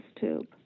tube